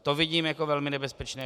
To vidím jako velmi nebezpečné.